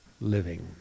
living